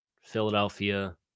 Philadelphia